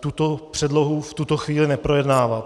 tuto předlohu v tuto chvíli neprojednávat.